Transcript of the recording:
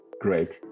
Great